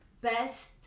best